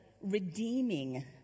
redeeming